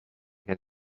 can